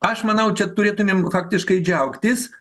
aš manau čia turėtumėm taktiškai džiaugtis